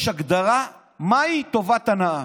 יש הגדרה מהי טובת הנאה.